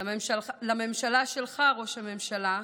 לממשלה שלך, ראש הממשלה,